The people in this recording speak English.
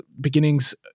Beginnings